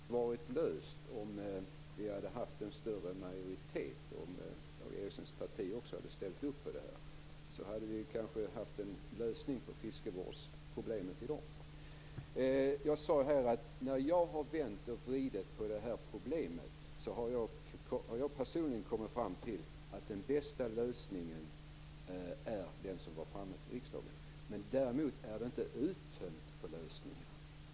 Fru talman! Denna fråga hade varit löst om vi hade haft en större majoritet, och om Dan Ericssons parti hade ställt upp på det här hade vi kanske haft en lösning på fiskevårdsproblemet i dag. När jag har vänt och vridit på det här problemet har jag personligen kommit fram till att den bästa lösningen är den som lagts fram för riksdagen, men däremot är lösningarna inte uttömda.